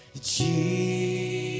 Jesus